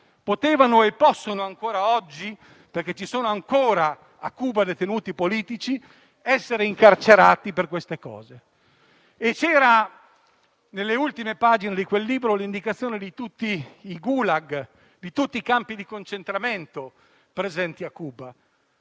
potevano e possono ancora oggi - a Cuba ci sono ancora detenuti politici - essere incarcerati per queste cose. Nelle ultime pagine di quel libro c'era l'indicazione di tutti i *gulag*, di tutti i campi di concentramento presenti a Cuba.